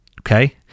okay